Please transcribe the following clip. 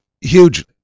huge